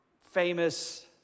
famous